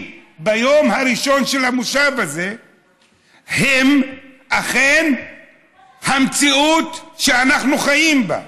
ביום הראשון של המושב הזה הם אכן המציאות שאנחנו חיים בה?